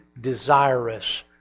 desirous